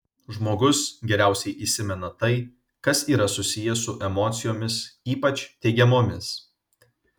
žmogus geriausiai įsimena tai kas yra susiję su emocijomis ypač teigiamomis